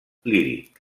líric